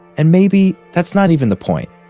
and maybe that's not even the point.